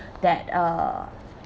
that uh